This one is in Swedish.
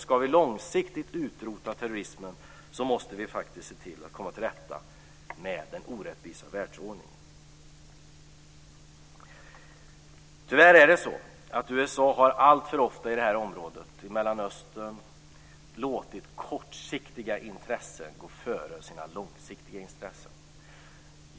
Ska vi långsiktigt kunna utrota terrorismen måste vi se till att komma till rätta med den orättvisa världsordningen. USA har alltför ofta i det här området och i Mellanöstern låtit kortsiktiga intressen gå före långsiktiga intressen.